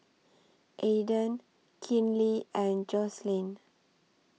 Aedan Kinley and Jocelyne